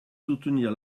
soutenir